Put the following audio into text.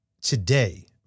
today